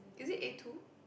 is it a two